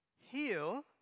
heal